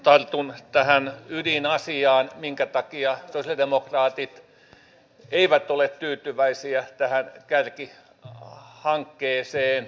tartun tähän ydinasiaan minkä takia sosialidemokraatit eivät ole tyytyväisiä tähän kärkihankkeeseen